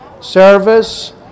Service